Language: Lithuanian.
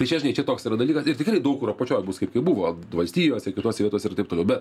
tai čia žinai čia toks yra dalykas ir tikrai daug kur apačioj bus kaip kaip buvo valstijose kitose vietose ir taip toliau bet